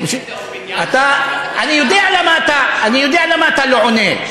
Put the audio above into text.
אני יודע למה אתה לא עונה,